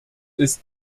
ist